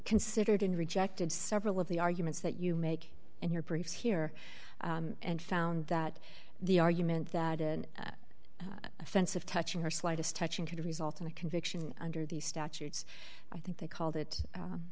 considered and rejected several of the arguments that you make in your briefs here and found that the argument that an offensive touching her slightest touching could result in a conviction under the statutes i think they called it